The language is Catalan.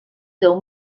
deu